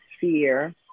fear